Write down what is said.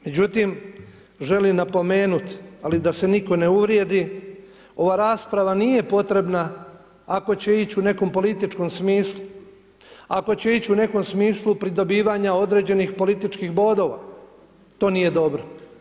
Međutim želim napomenut, ali da se nitko ne uvrijedi, ova rasprava nije potrebna ako će ići u nekom političkom smislu, ako će ići u nekom smislu pridobivanja određenih političkih bodova, to nije dobro.